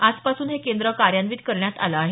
आजपासून हे केंद्र कार्यान्वित करण्यात आलं आहे